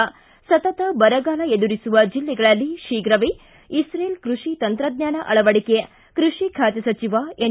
ಿ ಸತತ ಬರಗಾಲ ಎದುರಿಸುವ ಜಿಲ್ಲೆಗಳಲ್ಲಿ ಶೀಘವೇ ಇಶ್ರೇಲ್ ಕೃಷಿ ತಂತ್ರಜ್ಞಾನ ಅಳವಡಿಕೆ ಕೃಷಿ ಖಾತೆ ಸಚಿವ ಎನ್